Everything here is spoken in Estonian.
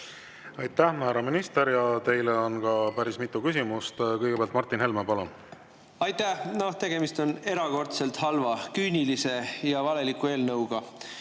Aitäh, härra minister! Teile on ka päris mitu küsimust. Kõigepealt Martin Helme, palun! Aitäh! Tegemist on erakordselt halva, küünilise ja valeliku eelnõuga.